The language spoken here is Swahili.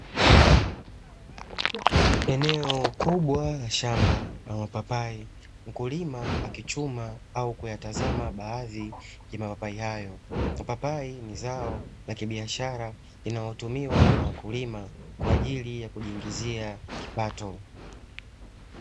Eneo kubwa la shamba la mapapai, mkulima akichuma au kuyatazama baadhi ya mapapai hayo. Mapapai ni zao la kibiashara linalotumiwa na wakulima kwa ajili ya kujingizia kipato.